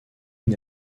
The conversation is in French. une